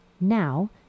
now